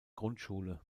grundschule